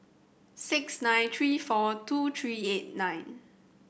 six nine three four two three eight nine